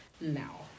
Now